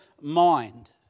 mind